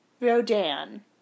Rodan